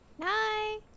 Hi